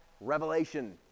Revelation